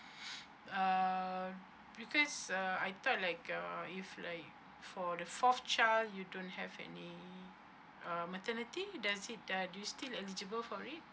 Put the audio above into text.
uh because uh I thought like uh if like for the fourth child you don't have any um maternity does it the you still eligible for it